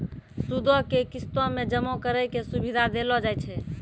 सूदो के किस्तो मे जमा करै के सुविधा देलो जाय छै